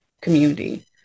community